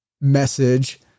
message